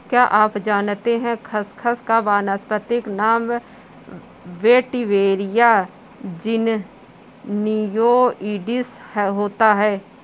क्या आप जानते है खसखस का वानस्पतिक नाम वेटिवेरिया ज़िज़नियोइडिस होता है?